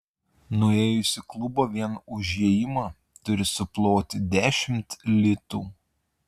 nuėjus į klubą vien už įėjimą turi suploti dešimt litų